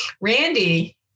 randy